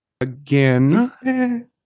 again